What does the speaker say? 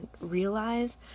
realize